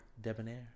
Debonair